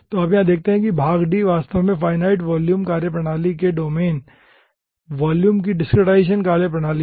तो यहाँ आप देखते हैं कि भाग d वास्तव में फाइनाइट वॉल्यूम कार्यप्रणाली के डोमेन वॉल्यूम की डिस्क्रिटाइजेशन कार्यप्रणाली है